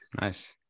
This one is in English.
Nice